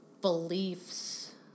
beliefs